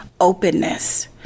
openness